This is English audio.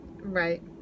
Right